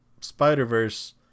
Spider-Verse